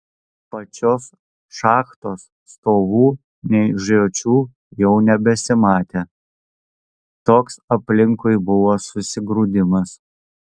pačios šachtos stovų nei žiočių jau nebesimatė toks aplinkui buvo susigrūdimas